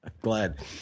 Glad